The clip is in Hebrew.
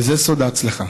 וזה סוד ההצלחה.